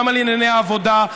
גם על ענייני העבודה,